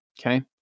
Okay